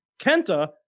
Kenta